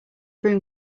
room